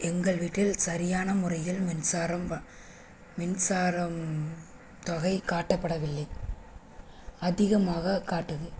எங்கள் வீட்டில் சரியான முறையில் மின்சாரம் மின்சாரம் தொகை காட்டப்படவில்லை அதிகமாக காட்டுது